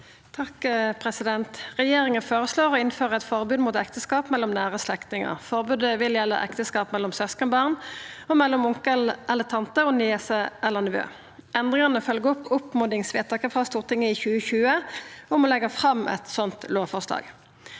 Toppe Regjeringa føre- slår å innføra eit forbod mot ekteskap mellom nære slektningar. Forbodet vil gjelda ekteskap mellom søskenbarn og mellom onkel eller tante og niese eller nevø. Endringane følgjer opp oppmodingsvedtaket frå Stortinget i 2020, om å leggja fram eit sånt lovforslag.